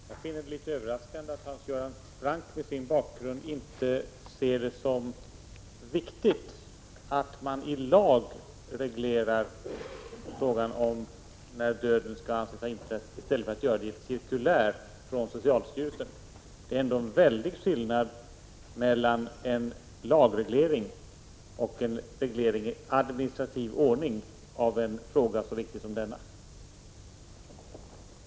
Fru talman! Jag finner det litet överraskande att Hans Göran Franck med sin bakgrund inte ser det som viktigt att lagreglera frågan om när döden skall anses ha inträtt, i stället för att göra det i ett cirkulär från socialstyrelsen. Det är ändå en väldig skillnad mellan en lagreglering och en reglering i administrativ ordning av en fråga så viktig som denna.